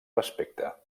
respecte